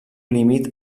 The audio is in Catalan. límit